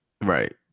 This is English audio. Right